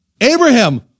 Abraham